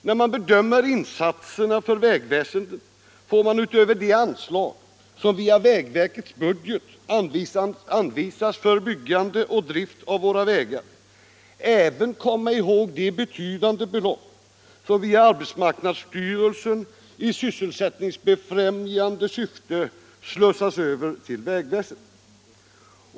När man bedömer insatserna för vägväsendet får man utöver de anslag som via vägverkets budget anvisas för byggande och drift av våra vägar även komma ihåg de betydande belopp som via arbetsmarknadsstyrelsen i sysselsättningsbefrämjande syfte slussas över till vägväsendet.